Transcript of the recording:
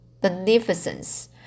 beneficence